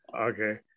Okay